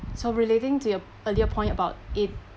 so relating to your earlier point about if